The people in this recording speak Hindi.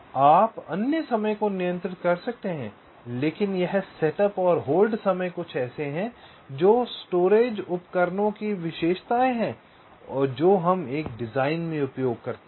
इसलिए आप अन्य समय को नियंत्रित कर सकते हैं लेकिन यह सेटअप होल्ड समय कुछ ऐसे हैं जो इस भंडारण उपकरणों की विशेषताएं हैं जो हम एक डिजाइन में उपयोग करते हैं